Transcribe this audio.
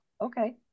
Okay